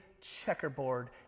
checkerboard